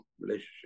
relationship